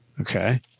Okay